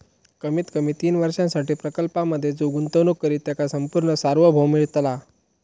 कमीत कमी तीन वर्षांसाठी प्रकल्पांमधे जो गुंतवणूक करित त्याका संपूर्ण सार्वभौम मिळतला